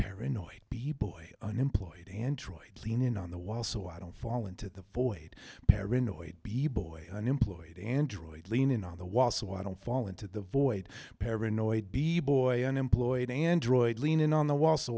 paranoid b boy unemployed and troy clean in on the wall so i don't fall into the void paranoid b boy unemployed android leanin on the wall so i don't fall into the void paranoid b boy unemployed android leaning on the wall so